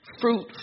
fruit